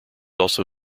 also